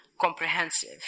comprehensive